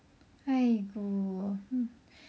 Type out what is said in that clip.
!aiyo! hmm